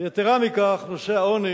יתירה מכך, נושא העוני